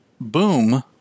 Boom